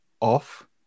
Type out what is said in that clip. off